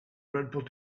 dreadful